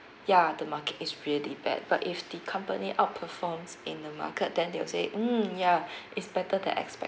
ya the market is really bad but if the company outperforms in the market then they will say mm ya it's better than